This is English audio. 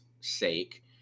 sake